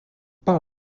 par